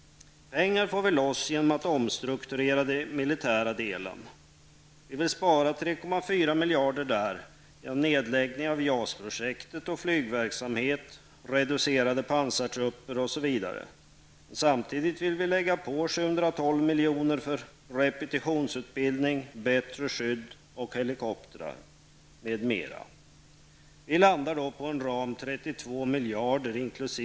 Pengar får vi loss genom att omstrukturera den militära delen. Vi vill spara 3,4 miljarder i det sammanhanget genom en nedläggning av JAS-projektet och flygverksamhet, genom en reduktion av pansartrupperna osv. Men samtidigt vill vi utöka anslaget med 712 Vi landar då på en ram om 32 miljarder, inkl.